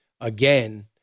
again